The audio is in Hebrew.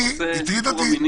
רק רציתי